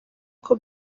uko